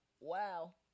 Wow